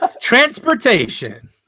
Transportation